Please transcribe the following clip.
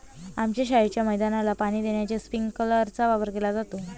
आमच्या शाळेच्या मैदानाला पाणी देण्यासाठी स्प्रिंकलर चा वापर केला जातो